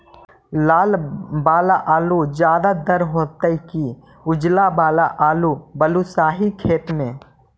लाल वाला आलू ज्यादा दर होतै कि उजला वाला आलू बालुसाही खेत में?